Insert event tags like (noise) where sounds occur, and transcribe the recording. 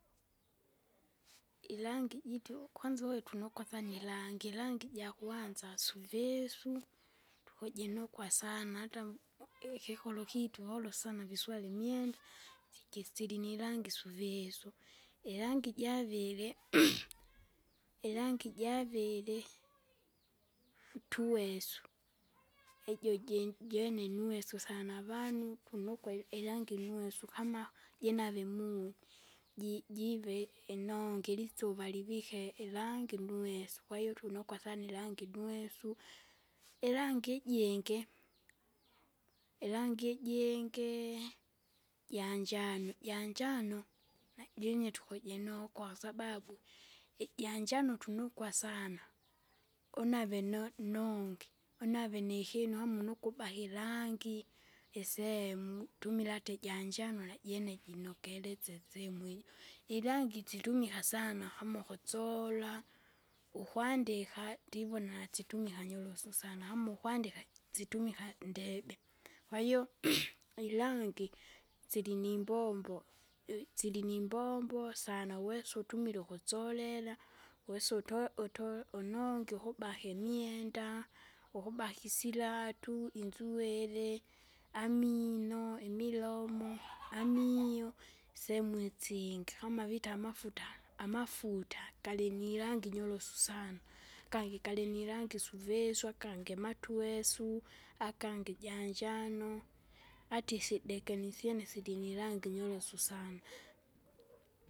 (noise) irangi ijitu kwanza uwe tonokosana irangi, irangi ijakwanza (noise) suvisu, tukujinukwa sana hata, (noise) ikikolo kyitu volo sana viswale imwenda (noise) si jisilinirangi suvusu, irangi javiri, (noise) irangi javiri (noise) tuwesu (noise) ijo ju juwene nuweso sana avanu tunukwa irangi inuwesu kama jinave muuje. Ji- jive inongi ilisuva livike irangi nuwesu kwahiyo tunokwa sana irangi nwesu, (noise) irangi ijingi, (noise) irangi ijingii (noise) janjano ijangano (noise) najinye tukujinokwa sababu, ijanjano tunukwa sana, unave no- nongi, unave nikinu hamuna ukubaki irangi, (noise) isemu, tumila hata ijanjano najene jinokelese sehemu ijo. (noise) Irangi situmika sana kama ukutsora, (noise) ukwandika, (noise) ndivona situmika nyorosu sana, kama ukwandika situmika ndebe. (noise) Kwahiyo, (noise) irangi (noise) sililimbombo, (noise) silinimbombo sana uwesa uwesa utumile ukutsolera, wesa uto- uto unongi ukubake imwenda, ukubaka isiratu inzuwiri (noise) amino, imilomo, (noise) amio sehemu isingi, kama vita amafuta, amafuta, galinirangi inyorosu sana, (noise) gangi galinirangi suvisu, agange matwesu, agangi janjano, (noise) ati isideke nisyene silinirangi nyorosu sana. (noise)